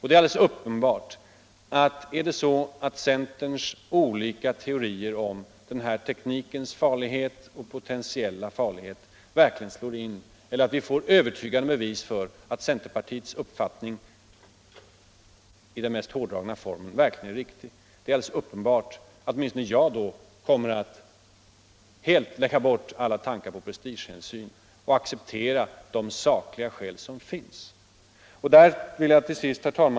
Det är alldeles uppenbart att om centerns olika teorier om den här teknikens farlighet och potentiella farlighet slår in eller att vi får övertygande bevis för att centerpartiets uppfattning i dess mest hårdragna form verkligen är riktig, kommer åtminstone jag att helt lägga bort alla tankar på prestigehänsyn och acceptera de sakliga skäl som finns.